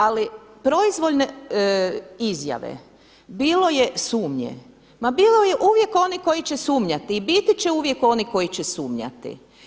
Ali proizvoljne izjave bilo je sumnje, ma bilo je uvijek onih koji će sumnjati i biti će uvijek oni koji će sumnjati.